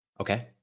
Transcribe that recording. Okay